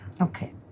Okay